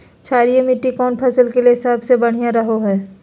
क्षारीय मिट्टी कौन फसल के लिए सबसे बढ़िया रहो हय?